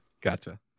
Gotcha